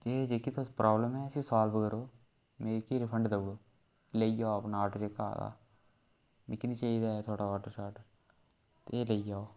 ते जेह्के तुस प्रॉब्लम ऐ इसी सालव करो नेईं ते फिर रिफंड देई उड़ो लेई जाओ अपना आर्डर एह्का आए दा मिगी नी चाहिदा ऐ थुआढ़ा आर्डर शॉडर ते एह् लेई जाओ